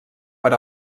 per